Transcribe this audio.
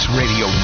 radio